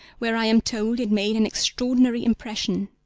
where i am told it made an extraordinary impression.